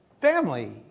family